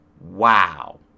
Wow